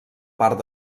part